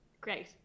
great